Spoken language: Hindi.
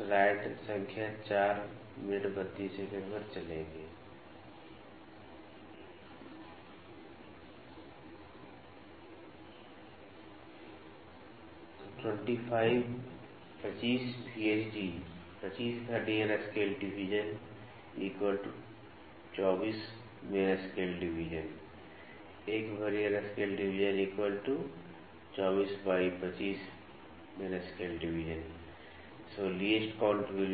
25 VSD 24 MSD 1 VSD MSD LC 1 MSD - 1 VSD LC 1 MSD MSD LC MSD LC 004